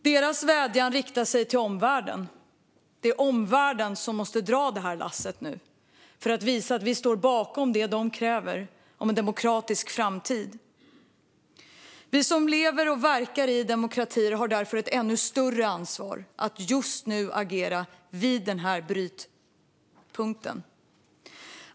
Deras vädjan riktas till omvärlden. Det är omvärlden som måste dra detta lass nu för att visa att vi står bakom det de kräver: en demokratisk framtid. Vi som lever och verkar i demokratier har därför ett ännu större ansvar att agera just vid denna brytpunkt.